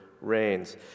reigns